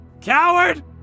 Coward